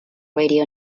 radio